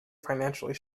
financially